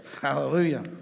Hallelujah